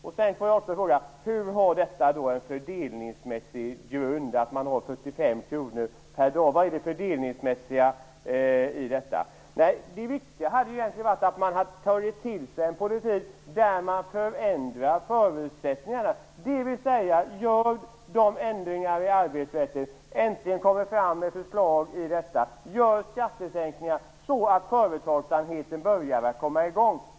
För det andra måste jag fråga: Hur har dessa 45 kr en fördelningsmässig grund? Var ligger det fördelningsmässiga i detta? Det viktiga hade varit att Socialdemokraterna hade tagit till sig en politik som förändrar förutsättningarna. Med andra ord: Gör de erforderliga ändringarna i arbetsrätten! Kom äntligen fram med förslag på området! Genomför skattesänkningar så att företagsamheten börjar komma i gång!